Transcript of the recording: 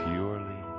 Purely